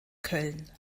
köln